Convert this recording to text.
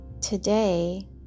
Today